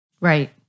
Right